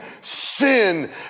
sin